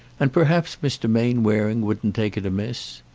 and perhaps mr. mainwaring wouldn't take it amiss.